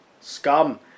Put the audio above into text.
scum